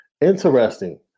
Interesting